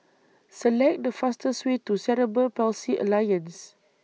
Select The fastest Way to Cerebral Palsy Alliance